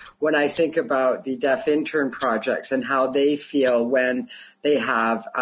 when i think about the deaf intern projects and how they feel when they have,